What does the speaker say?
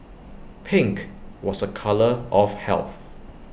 pink was A colour of health